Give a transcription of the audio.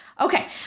Okay